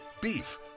Beef